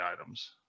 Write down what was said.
items